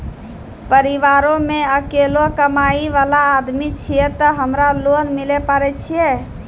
परिवारों मे अकेलो कमाई वाला आदमी छियै ते हमरा लोन मिले पारे छियै?